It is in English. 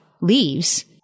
leaves